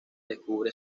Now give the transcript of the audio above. descubre